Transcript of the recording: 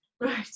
Right